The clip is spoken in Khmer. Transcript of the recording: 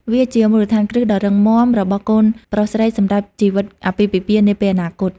វាជាមូលដ្ឋានគ្រឹះដ៏រឹងមាំរបស់កូនប្រុសស្រីសម្រាប់ជីវិតអាពាហ៍ពិពាហ៍នាពេលអនាគត។